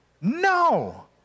No